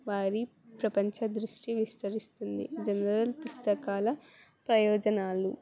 వారి ప్రపంచ దృష్టి విస్తరిస్తుంది జనరల్ పుస్తకాల ప్రయోజనాలు